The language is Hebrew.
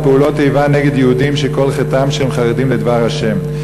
פעולות איבה נגד יהודים שכל חטאם שהם חרדים לדבר השם.